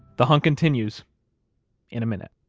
the hunt continues in a minute